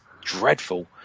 dreadful